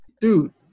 dude